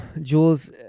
Jules